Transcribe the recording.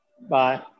Bye